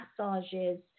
massages